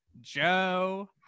Joe